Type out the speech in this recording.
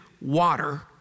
water